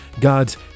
god's